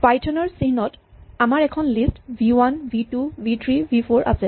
Python ৰ চিহ্নত আমাৰ এখন list v one v two v three v four আছে